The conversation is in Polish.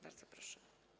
Bardzo proszę.